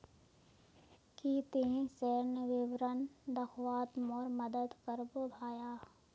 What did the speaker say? की ती ऋण विवरण दखवात मोर मदद करबो भाया